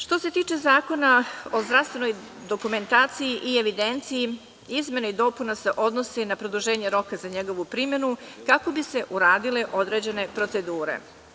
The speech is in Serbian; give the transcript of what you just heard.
Što se tiče Zakona o zdravstvenoj dokumentaciji i evidenciji, izmene i dopune se odnose na produženje roka za njegovu primenu kako bi se uradile određene procedure.